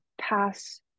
pass